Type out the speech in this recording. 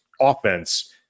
offense